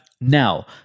now